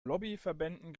lobbyverbänden